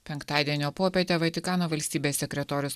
penktadienio popietę vatikano valstybės sekretorius